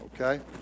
Okay